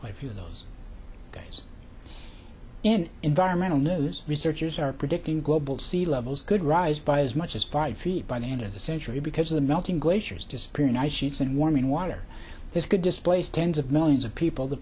quite a few of those guys in environmental news researchers are predicting global sea levels could rise by as much as five feet by the end of the century because of the melting glaciers disappearing ice sheets and warming water this could displace tens of millions of people the